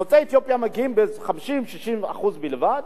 יוצאי אתיופיה מגיעים ל-60%-50% בלבד,